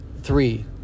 three